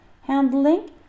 handling